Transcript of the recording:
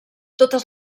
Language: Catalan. totes